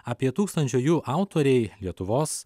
apie tūkstančio jų autoriai lietuvos